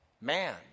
man